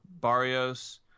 Barrios